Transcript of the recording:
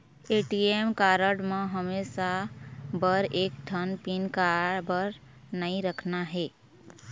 ATM card म हमेशा बर एक ठन पिन काबर नई रखना हे?